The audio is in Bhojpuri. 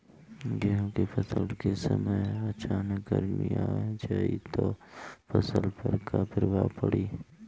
गेहुँ के फसल के समय अचानक गर्मी आ जाई त फसल पर का प्रभाव पड़ी?